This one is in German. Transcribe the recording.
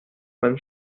man